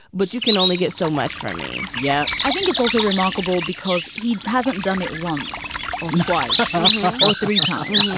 but you can only get so much from me yeah, i think it's also remarkable because he hasn't done it once or twice or three times.